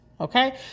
Okay